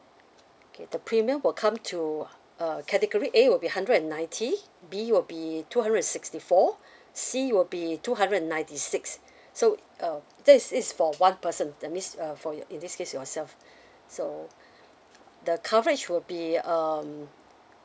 okay the premium will come to uh category A would be hundred and ninety B will be two hundred and sixty four C will be two hundred and ninety six so uh that's is for one person that means uh for your in this case yourself so the coverage will be um